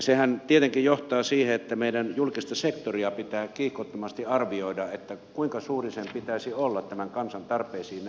sehän tietenkin johtaa siihen että meidän julkista sektoria pitää kiihkottomasti arvioida siten että kuinka suuri sen pitäisi olla tämän kansan tarpeisiin nähden